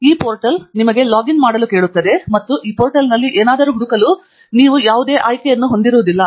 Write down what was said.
ಈ ಪೋರ್ಟಲ್ ನಿಮ್ಮನ್ನು ಲಾಗಿನ್ ಮಾಡಲು ಕೇಳುತ್ತದೆ ಮತ್ತು ಈ ಪೋರ್ಟಲ್ನಲ್ಲಿ ಏನಾದರೂ ಹುಡುಕಲು ನೀವು ಯಾವುದೇ ಆಯ್ಕೆಯನ್ನು ಹೊಂದಿರುವುದಿಲ್ಲ